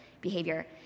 behavior